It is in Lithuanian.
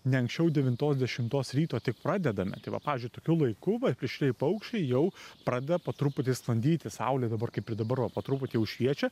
ne anksčiau devintos dešimtos ryto tik pradedame tai va pavyzdžiui tokiu laiku va plėšrieji paukščiai jau pradeda po truputį sklandyti saulė dabar kaip ir dabar va po truputį jau šviečia